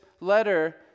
letter